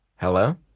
Hello